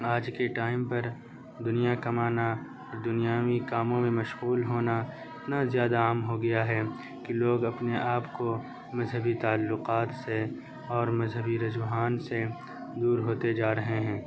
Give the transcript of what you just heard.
آج کے ٹائم پر دنیا کمانا دنیاوی کاموں میں مشغول ہونا اتنا جیادہ عام ہو گیا ہے کہ لوگ اپنے آپ کو مذہبی تعلکات سے اور مذہبی رجوحان سے دور ہوتے جا رہے ہیں